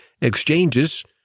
exchanges